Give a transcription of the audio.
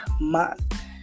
month